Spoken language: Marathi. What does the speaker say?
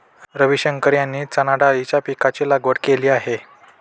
रविशंकर यांनी चणाडाळीच्या पीकाची लागवड केली आहे